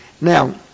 Now